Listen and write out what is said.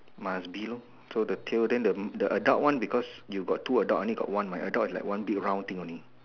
must be lor so the tail then the the adult one because you got two adult I only got one my adult is like one big round thing only